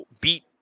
beat